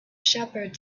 shepherd